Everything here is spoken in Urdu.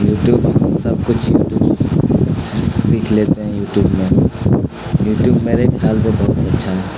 یوٹیوب ہم سب کچھ یوٹیوب سیکھ لیتے ہیں یوٹیوب میں یوٹیوب میرے خیال سے بہت اچھا ہے